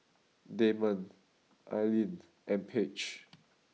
Damon Ailene and Paige